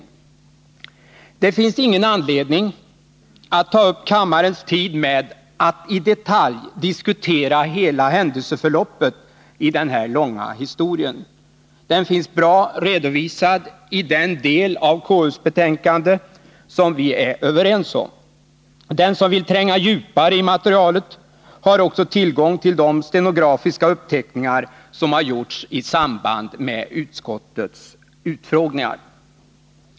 Det finns ingen anledning att ta upp kammarens tid med att i detalj diskutera hela händelseförloppet i den här långa historien. Den finns bra redovisad i den del av KU:s betänkande som vi är överens om. Den som vill tränga djupare i materialet har också tillgång till de stenografiska uppteckningar som gjorts i samband med utskottets utfrågningar.